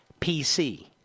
PC